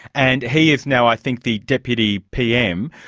and he is now i think the deputy pm.